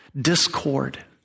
Discord